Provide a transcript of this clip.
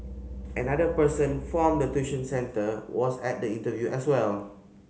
another person form the tuition centre was at the interview as well